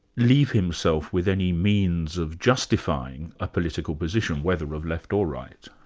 leave himself with any means of justifying a political position, whether of left or right?